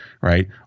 right